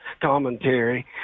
commentary